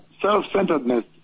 self-centeredness